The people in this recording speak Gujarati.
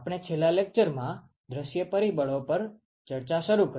આપણે છેલ્લા લેક્ચરમાં દૃશ્ય પરિબળો પર ચર્ચા શરૂ કરી